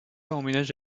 emménage